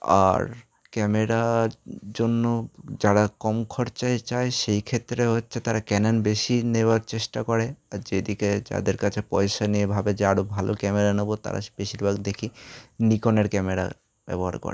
আর ক্যামেরার জন্য যারা কম খরচায় চায় সেই ক্ষেত্রে হচ্ছে তারা ক্যানন বেশি নেওয়ার চেষ্টা করে আর যেদিকে যাদের কাছে পয়সা নিয়ে ভাবে আরও ভালো ক্যামেরা নেব তারা স বেশিরভাগ দেখি নিকনের ক্যামেরা ব্যবহার করে